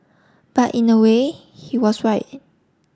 but in a way he was right